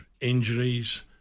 injuries